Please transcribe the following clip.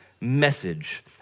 message